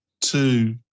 two